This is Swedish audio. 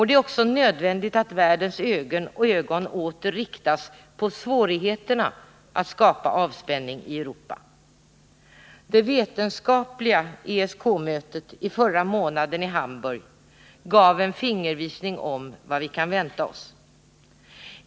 Det är också nödvändigt att världens ögon åter riktas på svårigheterna att skapa avspänning i Europa. Det vetenskapliga ESK-mötet som förra månaden ägde rum i Hamburg gav en fingervisning om vad vi kan vänta oss.